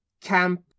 camp